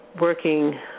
working